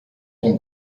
ton